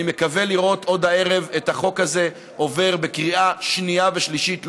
ואני מקווה לראות עוד הערב את החוק הזה עובר בקריאה שנייה ושלישית.